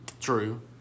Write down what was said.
True